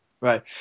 Right